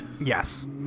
Yes